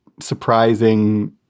surprising